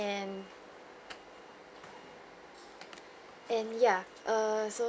and and ya err so